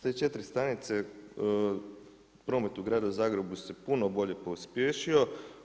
Te četiri stanice promet u gradu Zagrebu se puno bolje pospješio.